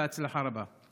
בהצלחה רבה.